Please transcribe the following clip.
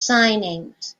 signings